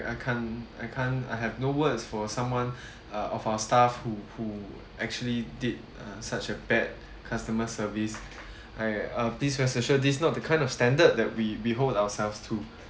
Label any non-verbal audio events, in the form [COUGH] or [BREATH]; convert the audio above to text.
I can't I can't I have no words for someone [BREATH] uh of our staff who who actually did uh such a bad customer service [BREATH] I uh please rest assured this not the kind of standard that we hold ourselves to